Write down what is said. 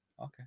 Okay